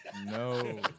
No